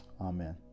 Amen